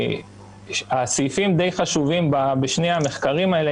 והסעיפים הדי חשובים בשני המחקרים האלה